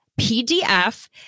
PDF